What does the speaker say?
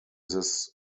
this